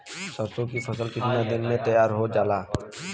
सरसों की फसल कितने दिन में तैयार हो जाला?